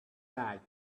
back